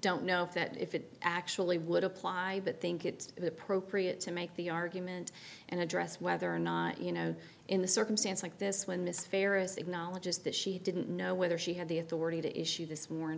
don't know if that if it actually would apply but think it's appropriate to make the argument and address whether or not you know in a circumstance like this when this fair is acknowledges that she didn't know whether she had the authority to issue this mor